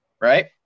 right